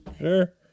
sure